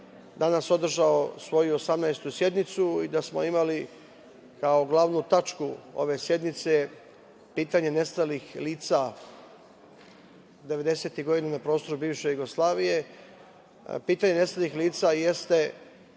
danas održao svoju 18. sednicu i da smo imali kao glavnu tačku ove sednice pitanje nestalih lica devedesetih godina na prostoru bivše Jugoslavije. Pitanje nestalih lica jeste,